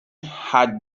had